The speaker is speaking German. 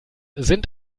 sind